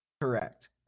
Correct